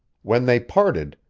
when they parted,